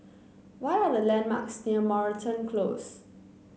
what are the landmarks near Moreton Close